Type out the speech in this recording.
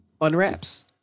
Unwraps